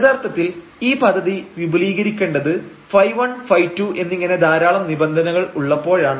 യഥാർത്ഥത്തിൽ ഈ പദ്ധതി വിപുലീകരിക്കേണ്ടത് ϕ 1 ϕ 2 എന്നിങ്ങനെ ധാരാളം നിബന്ധനകൾ ഉള്ളപ്പോഴാണ്